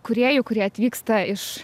kūrėjų kurie atvyksta iš